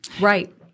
Right